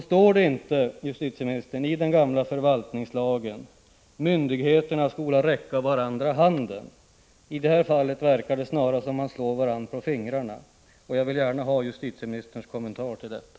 Står det inte, justitieministern, i den gamla förvaltningslagen att ”myndigheterna skola räcka varandra handen”? I det här fallet verkar det snarare som om man slår varann på fingrarna. Jag vill gärna ha justitieministerns kommentar till detta.